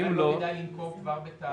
השאלה אם לא כדאי לנקוב כבר בתאריך.